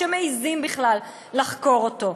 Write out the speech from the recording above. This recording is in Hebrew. שמעיזים בכלל לחקור אותו.